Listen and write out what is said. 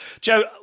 Joe